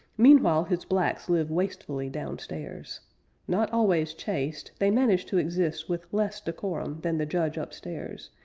meanwhile his blacks live wastefully downstairs not always chaste, they manage to exist with less decorum than the judge upstairs,